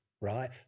right